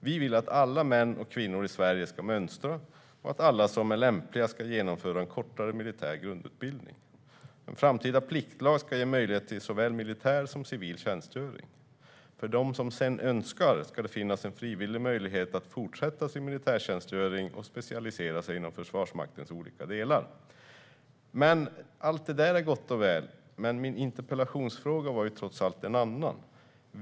Vi vill att alla män och kvinnor i Sverige ska mönstra och att alla som är lämpliga ska genomföra en kortare militär grundutbildning. En framtida pliktlag ska ge möjlighet till såväl militär som civil tjänstgöring. För dem som sedan önskar ska det finnas en frivillig möjlighet att fortsätta sin militärtjänstgöring och specialisera sig inom Försvarsmaktens olika delar." Allt detta är gott och väl, men min interpellationsfråga var trots allt en annan.